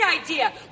idea